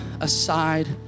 aside